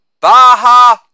Baja